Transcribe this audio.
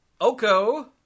Oko